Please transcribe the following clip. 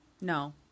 No